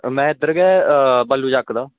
में इद्धर गै बल्लु चक्क दा